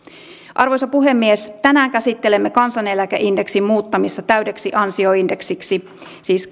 arvoisa puhemies tänään käsittelemme kansaneläkeindeksin muuttamista täydeksi ansioindeksiksi siis